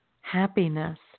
happiness